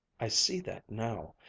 i see that now.